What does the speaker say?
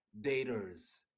Daters